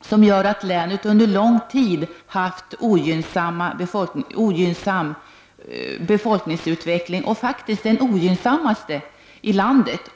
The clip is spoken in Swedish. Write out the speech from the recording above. som nyss nämnts, länet under lång tid haft landets ogynnsammaste befolkningsutveckling — faktiskt den ogynnsammaste i landet.